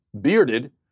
bearded